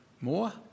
more